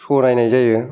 स' नायनाय जायो